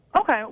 Okay